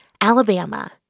Alabama